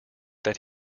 that